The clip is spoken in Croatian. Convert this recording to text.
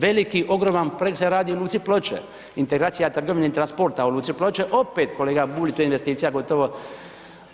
Veliki ogromni projekt se radi u luci Ploče, integracija trgovine i transporta u luci Ploče opet kolega Bulj to je investicija gotovo,